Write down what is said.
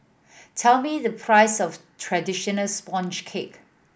tell me the price of traditional sponge cake